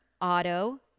auto